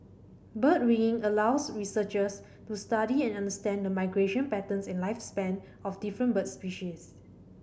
bird ringing allows researchers to study and understand the migration patterns and lifespan of different bird species